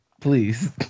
please